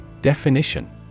Definition